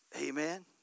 Amen